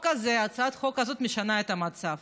הצעת החוק הזאת משנה את המצב